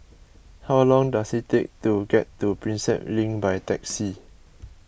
how long does it take to get to Prinsep Link by taxi